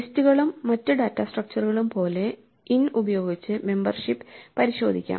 ലിസ്റ്റുകളും മറ്റ് ഡാറ്റാ സ്ട്രക്ചറുകളും പോലെ ഇൻ ഉപയോഗിച്ച് മെമ്പർഷിപ് പരിശോധിക്കാം